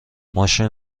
ماشین